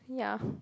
yeah